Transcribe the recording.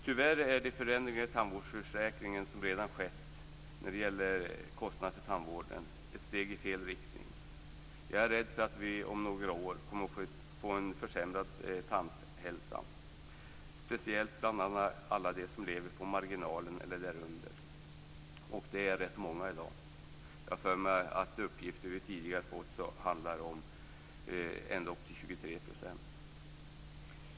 Tyvärr är de förändringar i tandvårdsförsäkringen som redan skett när det gäller kostnaden för tandvården ett steg i fel riktning. Jag är rädd för att vi om några år kommer att få en försämrad tandhälsa, speciellt bland alla dem som lever på marginalen eller där under. Det är rätt många i dag. Jag har för mig att det enligt uppgifter vi tidigare fått handlar om ändå upp till 23 %.